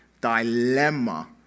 dilemma